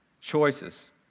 choices